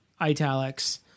Italics